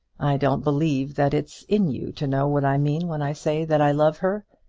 i don't believe that it's in you to know what i mean when i say that i love her!